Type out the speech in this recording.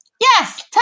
Yes